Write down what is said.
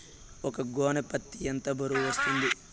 ఒక గోనె పత్తి ఎంత బరువు వస్తుంది?